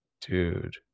Dude